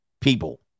people